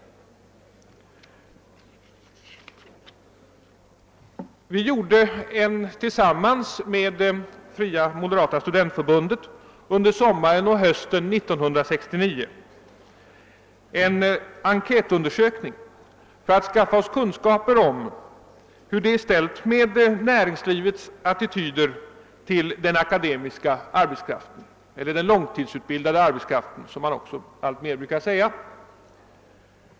Vi gjorde tillsammans med Fria moderata studentförbundet under sommaren och hösten 1969 en enkätundersökning för att skaffa oss kunskap om hur det är ställt med näringslivets attityder till den akademiska arbetskraften — eller den <långtidsutbildade arbetskraften, som man numera allt oftare brukar säga.